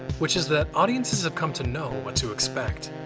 which is that audiences have come to know what to expect.